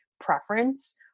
preference